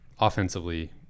offensively